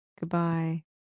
goodbye